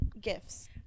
gifts